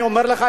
אני אומר לך,